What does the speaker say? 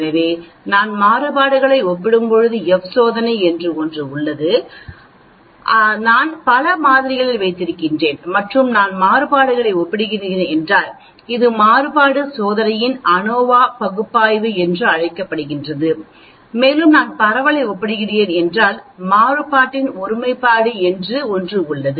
எனவே நான் மாறுபாடுகளை ஒப்பிடும் போது எஃப் சோதனை என்று ஒன்று உள்ளது அல்லது நான் பல மாதிரிகள் வைத்திருக்கிறேன் மற்றும் நான் மாறுபாடுகளை ஒப்பிடுகிறேன் என்றால் இது மாறுபாடு சோதனையின் ANOVA பகுப்பாய்வு என்று அழைக்கப்படுகிறது மேலும் நான் பரவலை ஒப்பிடுகிறேன் என்றால் மாறுபாட்டின் ஒருமைப்பாடு என்று ஒன்று உள்ளது